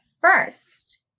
first